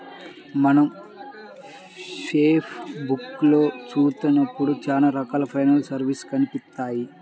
మనం ఫేస్ బుక్కులో చూత్తన్నప్పుడు చానా రకాల ఫైనాన్స్ సర్వీసులు కనిపిత్తాయి